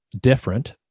different